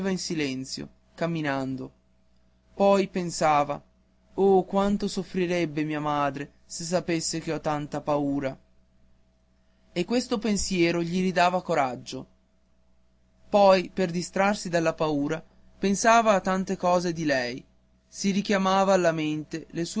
in silenzio camminando poi pensava oh quanto soffrirebbe mia madre se sapesse che ho tanta paura e questo pensiero gli ridava coraggio poi per distrarsi dalla paura pensava a tante cose di lei si richiamava alla mente le